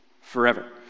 forever